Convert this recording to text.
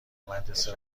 مدرسه